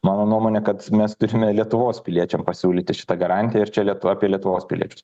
mano nuomone kad mes turime lietuvos piliečiam pasiūlyti šitą garantiją ir čia lietu apie lietuvos piliečius